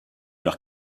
leur